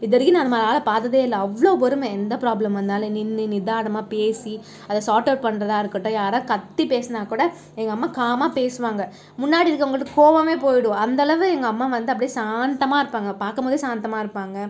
இது வரைக்கும் அந்த மாதிரி ஆளை பார்த்ததே இல்லை அவ்வளோ பொறுமை எந்த பிராப்ளம் வந்தாலும் நின்று நிதானமாக பேசி அதை சாட்அவுட் பண்றதாக இருக்கட்டும் யாராவது கத்தி பேசினால் கூட எங்கள் அம்மா காமாக பேசுவாங்க முன்னாடி இருக்கறவங்களுக்கு கோபமே போய்டும் அந்த அளவு எங்கள் அம்மா வந்து அப்படியே சாந்தமாக இருப்பாங்க பார்க்கும்போதே சாந்தமாக இருப்பாங்க